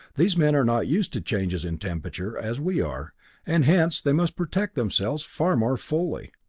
these men are not used to changes in temperature as we are and hence they must protect themselves far more fully.